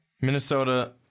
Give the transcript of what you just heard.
Minnesota